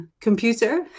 computer